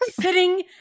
Sitting